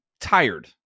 tired